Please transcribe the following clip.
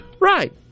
Right